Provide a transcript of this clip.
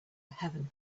heaven